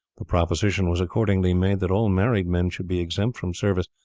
the proposition was accordingly made that all married men should be exempt from service,